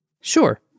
Sure